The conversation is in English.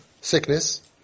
sickness (